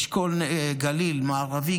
אשכול גליל מערבי,